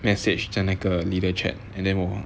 message 在那个 leader chat and then 我